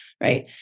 Right